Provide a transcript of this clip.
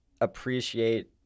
appreciate